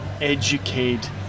educate